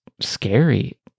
scary